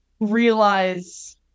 realize